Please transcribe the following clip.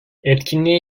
etkinliğe